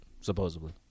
supposedly